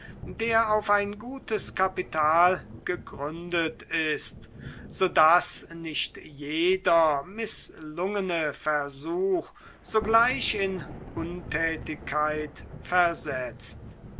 der auf ein gutes kapital gegründet ist so daß nicht jeder mißlungene versuch sogleich in untätigkeit versetzt